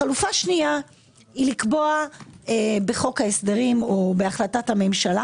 חלופה שנייה היא לקבוע בחוק ההסדרים או בהחלטת הממשלה